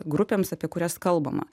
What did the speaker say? grupėms apie kurias kalbama